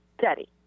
steady